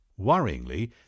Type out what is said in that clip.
Worryingly